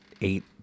eight